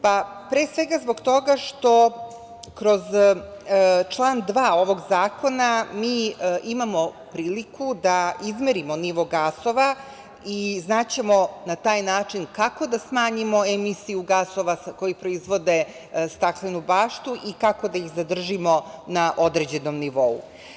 Pre svega, zbog toga što kroz član 2. ovog zakona mi imamo priliku da izmerimo nivo gasova i znaćemo na taj način kako da smanjimo emisiju gasova koji proizvode staklenu baštu i kako da ih zadržimo na određenom nivou.